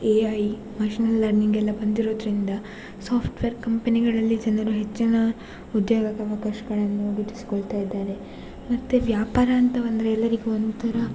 A I machine ಲರ್ನಿಂಗೆಲ್ಲ ಬಂದಿರೋದರಿಂದ software ಕಂಪೆನಿಗಳಲ್ಲಿ ಜನರು ಹೆಚ್ಚಿನ ಉದ್ಯೋಗವಕಾಶಗಳನ್ನು ಗಿಟ್ಟಿಸಿಕೊಳ್ತಾಯಿದ್ದಾರೆ ಮತ್ತು ವ್ಯಾಪಾರ ಅಂತ ಬಂದರೆ ಎಲ್ಲರಿಗೂ ಒಂಥರ